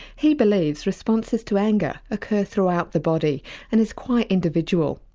he believes responses to anger occur throughout the body and is quite individual.